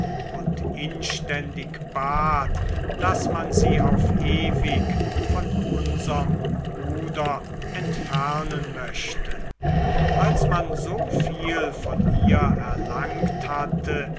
und inständig bat daß man sie auf ewig von unserm bruder entfernen möchte als man so viel von ihr erlangt hatte